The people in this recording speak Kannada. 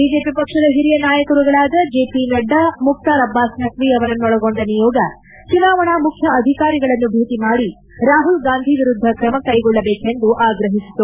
ಬಿಜೆಪಿ ಪಕ್ಷದ ಹಿರಿಯ ನಾಯಕರುಗಳಾದ ಜೆಪಿನಡ್ಡಾ ಮುಖ್ತಾರ್ ಅಬ್ಬಾಸ್ ನಖ್ವಿ ಅವರುಗಳನ್ನೊಳಗೊಂಡ ನಿಯೋಗ ಚುನಾವಣಾ ಮುಖ್ಯ ಅಧಿಕಾರಿಗಳನ್ನು ಭೇಟಿ ಮಾಡಿ ರಾಮಲ್ ಗಾಂಧಿ ವಿರುದ್ಧ ಕ್ರಮ ಕೈಗೊಳ್ಳಬೇಕಂದು ಆಗ್ರಹಿಸಿದರು